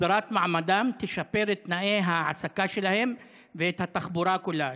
הסדרת מעמדם תשפר את תנאי ההעסקה שלהם ואת התחבורה כולה.